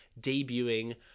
debuting